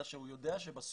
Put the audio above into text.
אלא הוא יודע שבסוף